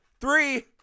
Three